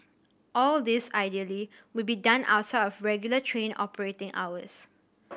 all this ideally would be done outside of regular train operating hours